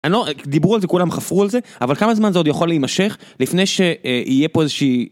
דיברו על זה כולם חפרו על זה אבל כמה זמן זה עוד יכול להימשך לפני שיהיה פה איזה שהיא